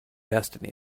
destiny